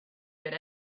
good